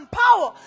power